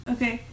Okay